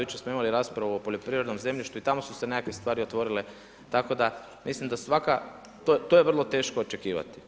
Jučer smo imali raspravu o poljoprivrednom zemljištu i tamo su se neke stvari otvorile, tako da mislim da svaka, to je vrlo teško očekivati.